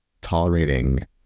tolerating